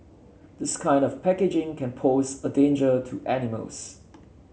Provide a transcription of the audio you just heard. this kind of packaging can pose a danger to animals